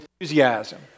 enthusiasm